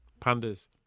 Pandas